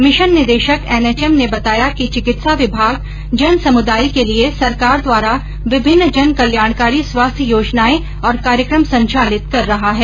mission निदेशक NHM ने बताया कि चिकित्सा विभाग जन समुदाय के लिए सरकार द्वारा विभिन्न जन कल्याणकारी स्वास्थ्य योजनाएं और कार्यक्रम संचालित कर रहा है